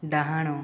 ଡାହାଣ